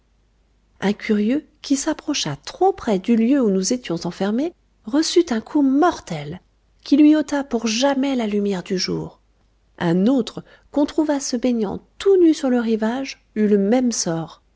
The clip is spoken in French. un curieux qui s'approcha trop près du lieu où nous étions enfermées reçut un coup mortel qui lui ôta pour jamais la lumière du jour un autre qu'on trouva se baignant tout nu sur le rivage eut le même sort